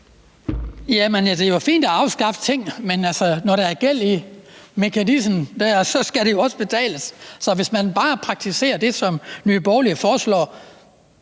det er jo fint at afskaffe ting, men når der er gæld i mekanismen der, skal det jo også betales. Så hvis man bare praktiserer det, som Nye Borgerlige foreslår,